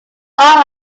all